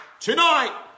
Tonight